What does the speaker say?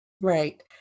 Right